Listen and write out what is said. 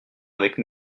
avec